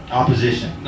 opposition